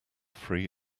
free